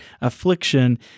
affliction